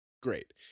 Great